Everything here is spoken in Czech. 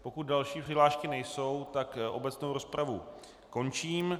Pokud další přihlášky nejsou, tak obecnou rozpravu končím.